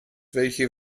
welche